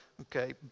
okay